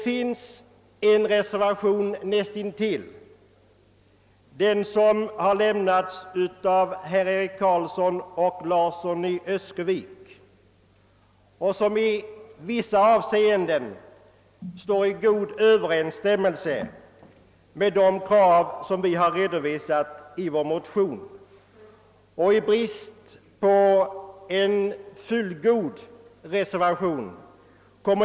Den reservation som avgivits av herr Eric Carlsson och herr Larsson i Öskevik överensstämmer emellertid i vissa avseenden med vår motion.